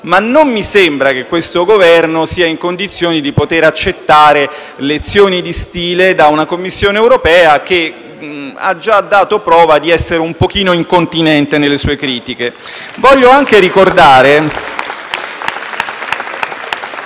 ma non mi sembra che questo Governo sia in condizioni di poter accettare lezioni di stile da una Commissione europea che ha già dato prova di essere un pochino incontinente nelle sue critiche. *(Applausi dai